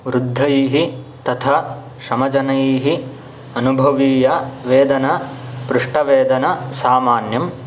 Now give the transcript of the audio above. वृद्धैः तथा श्रमजनैः अनुभवीय वेदना पृष्ठवेदना सामान्यम्